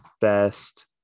best